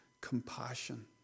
compassion